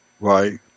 Right